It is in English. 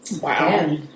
Wow